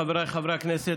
חבריי חברי הכנסת,